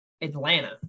Atlanta